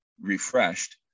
refreshed